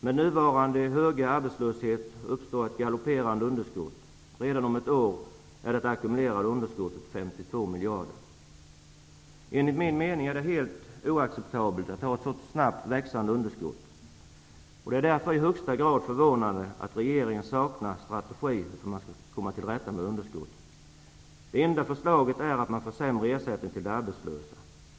Med nuvarande höga arbetslöshet uppstår ett galopperande underskott. Redan om ett år är det ackumulerade underskottet 52 miljarder kronor. Enligt min uppfattning är det oacceptabelt att ha ett så snabbt växande underskott. Det är därför i högsta grad förvånande att regeringen saknar strategi för hur man skall komma till rätta med underskottet. Det enda förslaget är att försämra ersättningen till de arbetslösa.